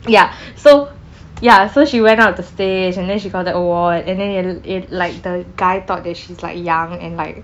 ya so ya so she went up the stage and then she got the award and then it like the guy thought that she's like young and like